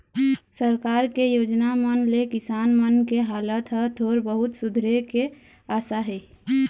सरकार के योजना मन ले किसान मन के हालात ह थोर बहुत सुधरे के आसा हे